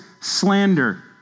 slander